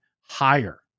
higher